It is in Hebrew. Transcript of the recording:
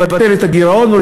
ולבטל את הגירעון,